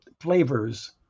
flavors